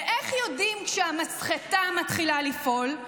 ואיך יודעים שהמסחטה מתחילה לפעול?